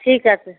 ঠিক আছে